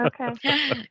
okay